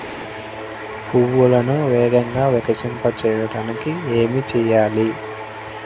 పువ్వులను వేగంగా వికసింపచేయటానికి ఏమి చేయాలి?